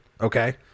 okay